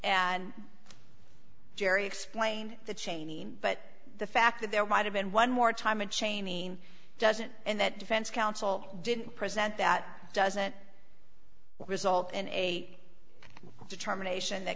and gerry explained that cheney but the fact that there might have been one more time and cheney doesn't and that defense counsel didn't present that doesn't result in a determination that